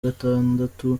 gatandatu